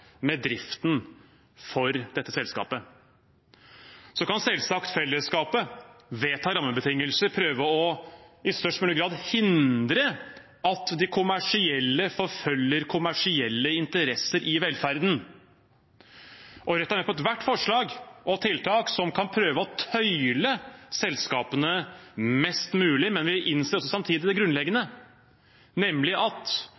med driften for dette selskapet. Så kan selvsagt fellesskapet vedta rammebetingelser og i størst mulig grad prøve å hindre at de kommersielle forfølger kommersielle interesser i velferden. Rødt er med på ethvert forslag og tiltak som kan prøve å tøyle selskapene mest mulig. Men vi innser samtidig det grunnleggende, nemlig at